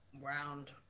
round